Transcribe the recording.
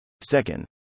Second